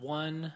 one